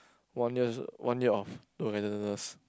one years one year of togetherness